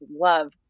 love